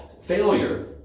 failure